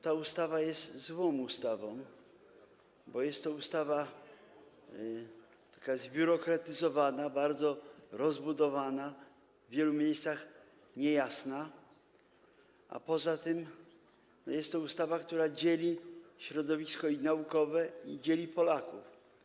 Ta ustawa jest złą ustawą, bo jest to ustawa zbiurokratyzowana, bardzo rozbudowana, w wielu miejscach niejasna, a poza tym jest to ustawa, która dzieli środowisko naukowe, dzieli Polaków.